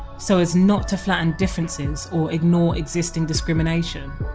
so as not to flatten differences or ignore existing discrimination.